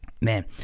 Man